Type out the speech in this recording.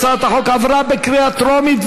הצעת החוק עברה בקריאה טרומית,